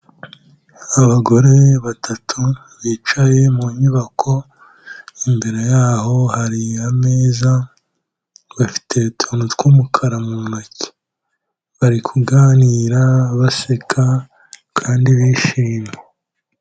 Abagore batatu bicaye mu nyubako, imbere yaho hari ameza, bafite utuntu tw'umukara mu ntoki. Bari kuganira baseka kandi bishimye.